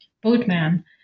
boatman